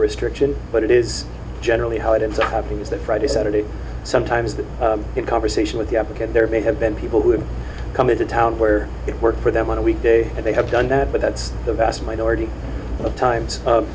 a restriction but it is generally how it ends up happening is that friday saturday sometimes the conversation with the applicant there may have been people who have come into town where you work for them on a weekday and they have done that but that's the vast majority of times